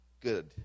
good